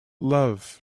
love